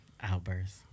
outburst